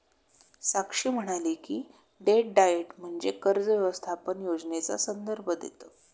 साक्षी म्हणाली की, debt diet म्हणजे कर्ज व्यवस्थापन योजनेचा संदर्भ देतं